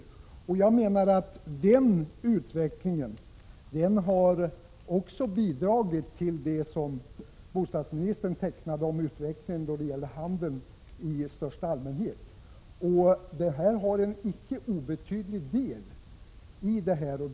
Jag menar att den utvecklingen också har bidragit till den bild som bostadsministern tecknade i fråga om handelns utveckling i största allmänhet. Det här utgör en icke obetydlig del av det hela.